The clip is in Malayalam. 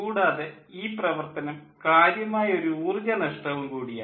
കൂടാതെ ഈ പ്രവർത്തനം കാര്യമായ ഒരു ഊർജ്ജ നഷ്ടവും കൂടിയാണ്